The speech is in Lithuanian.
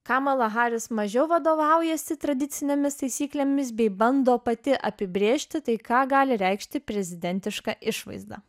kamala harris mažiau vadovaujasi tradicinėmis taisyklėmis bei bando pati apibrėžti tai ką gali reikšti prezidentiška išvaizda